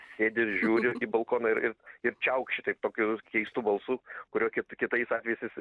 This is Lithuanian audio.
sėdi ir žiūri į balkoną ir ir ir čiaukši taip tokiu keistu balsu kurio kit kitais atvejais jis